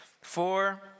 four